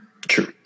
True